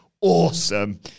awesome